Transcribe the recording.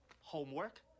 Homework